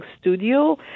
studio